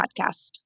podcast